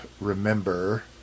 remember